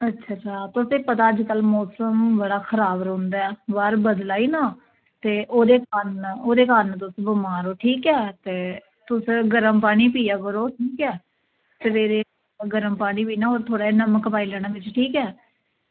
अच्छा अच्छा तुसें ई ते पता अज्जकल मौसम बड़ा खराब रौहंदा ऐ बाहर बद्दल आए ना ते ओह्दे कारण ओह्दे कारण तुस बमार ओ ठीक ऐ ते तुस गरम पानी पिया करो ठीक ऐ सबैह्रे गर्म पानी पिया करो ते थोह्ड़ा पाई लैना ठीक ऐ